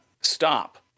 stop